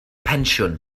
pensiwn